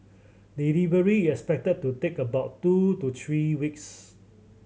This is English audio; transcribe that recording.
delivery is expected to take about two to three weeks